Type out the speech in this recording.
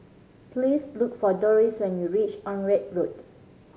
please look for Dorris when you reach Onraet Road